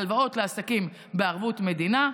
הלוואות לעסקים בערבות מדינה,